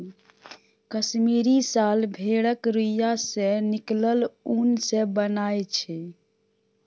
कश्मीरी साल भेड़क रोइयाँ सँ निकलल उन सँ बनय छै